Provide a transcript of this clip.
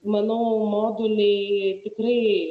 manau moduliai tikrai